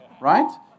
Right